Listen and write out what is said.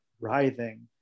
writhing